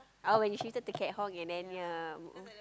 oh when you shifted to Katong and then ya